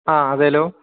ആഹ് അതെയല്ലോ